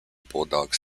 bulldogs